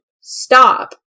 stop